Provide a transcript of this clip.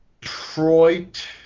Detroit